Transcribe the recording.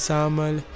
Samuel